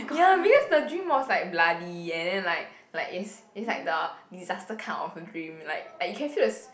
ya because the dream was like bloody and then like like it's it's like the disaster kind of a dream like like you can feel the s~